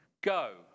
go